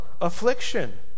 affliction